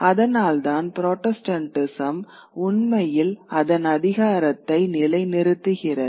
அதனால்தான் புராட்டஸ்டன்டிசம் உண்மையில் அதன் அதிகாரத்தை நிலைநிறுத்துகிறது